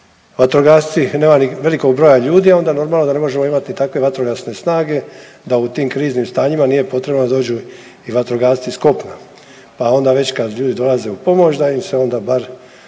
vatrogasci nema ni velikog broja ljudi, a onda normalno da ne možemo imati takve vatrogasne snage da u tim kriznim stanjima nije potrebno da dođu i vatrogasci s kopna, pa onda već kad dolaze u pomoć da im se onda bar